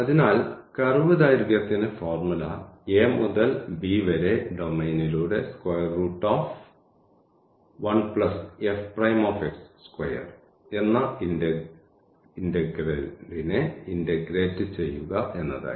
അതിനാൽ കർവ് ദൈർഘ്യത്തിന് formula a മുതൽ b വരെ ഡൊമെയ്നിലൂടെ എന്ന ഇന്റഗ്രന്റിനെ ഇന്റഗ്രേറ്റ് ചെയ്യുക എന്നതായിരുന്നു